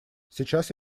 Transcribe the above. сейчас